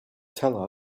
tell